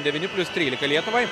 devyni plius trylika lietuvai